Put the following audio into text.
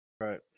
Right